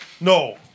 No